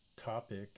topic